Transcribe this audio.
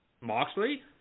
Moxley